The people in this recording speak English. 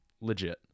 legit